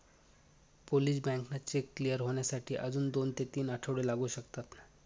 Polish बँकांना cheque clear होण्यासाठी अजून दोन ते तीन आठवडे लागू शकतात